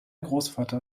großvater